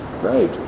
great